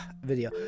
video